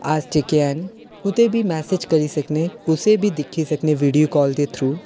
अस जेह्के हैन कुतै बी मैसेज करी सकने न कुसै गी बी दिक्खी सकने वीडियो काल दे थ्रू